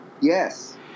Yes